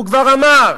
הוא כבר אמר: